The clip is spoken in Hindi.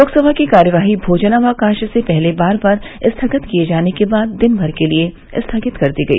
लोकसभा की कार्यवाही भोजनावकाश से पहले बार बार स्थगित किये जाने के बाद दिनभर के लिए स्थगित कर दी गई